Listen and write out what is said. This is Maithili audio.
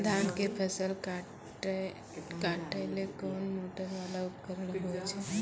धान के फसल काटैले कोन मोटरवाला उपकरण होय छै?